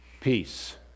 Peace